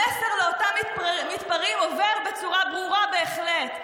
המסר לאותם מתפרעים עובר בצורה ברורה בהחלט.